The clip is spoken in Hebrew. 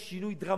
יש שינוי דרמטי